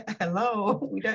hello